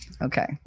Okay